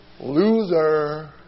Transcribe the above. loser